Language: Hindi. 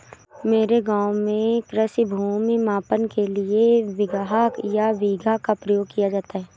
मेरे गांव में कृषि भूमि मापन के लिए बिगहा या बीघा का प्रयोग किया जाता है